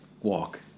walk